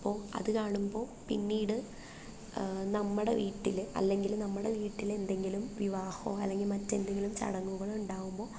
അപ്പോൾ അത് കാണുമ്പോൾ പിന്നീട് നമ്മുടെ വീട്ടിൽ അല്ലെങ്കിൽ നമ്മുടെ വീട്ടിലെന്തങ്കിലും വിവാഹമോ അല്ലെങ്കിൽ മറ്റെന്തെങ്കിലും ചടങ്ങുകളോ ഉണ്ടാകുമ്പോൾ